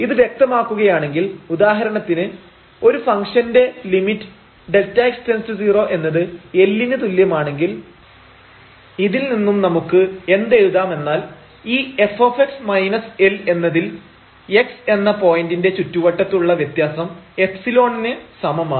ഇത് വ്യക്തമാക്കുകയാണെങ്കിൽ ഉദാഹരണത്തിന് ഒരു ഫംഗ്ഷന്റെ lim┬Δx→0 എന്നത് L ന് തുല്യമാണെങ്കിൽ ഇതിൽ നിന്നും നമുക്ക് എന്തെഴുതാമെന്നാൽ ഈ f L എന്നതിൽ x എന്ന പോയിന്റിന്റെ ചുറ്റുവട്ടത്തുള്ള വ്യത്യാസം ϵ ക്ക് സമമാണ്